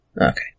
Okay